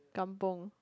kampung